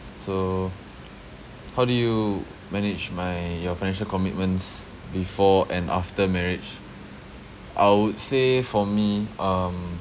so how do you manage my your financial commitments before and after marriage I would say for me um